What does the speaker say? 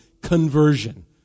conversion